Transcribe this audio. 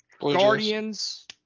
Guardians